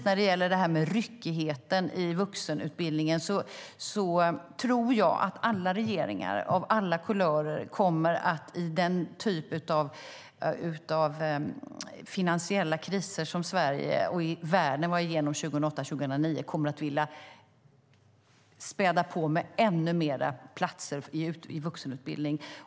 När det gäller ryckigheten i vuxenutbildningen tror jag att alla regeringar, av alla kulörer, i den typ av finansiella kriser som Sverige och världen var i 2008 och 2009 kommer att vilja späda på med ännu fler platser i vuxenutbildning.